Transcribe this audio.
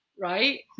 right